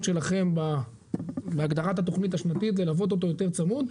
שלכם בהגדרת התוכנית השנתית וללוות אותו יותר צמוד.